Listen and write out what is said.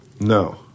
no